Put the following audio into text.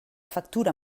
factura